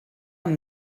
amb